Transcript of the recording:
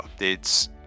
updates